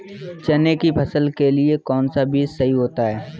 चने की फसल के लिए कौनसा बीज सही होता है?